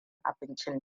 abincin